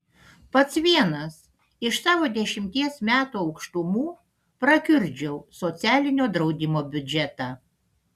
pats vienas iš savo dešimties metų aukštumų prakiurdžiau socialinio draudimo biudžetą